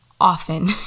often